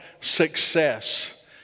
success